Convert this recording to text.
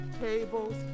tables